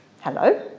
Hello